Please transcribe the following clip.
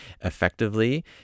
effectively